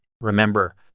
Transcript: Remember